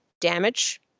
damage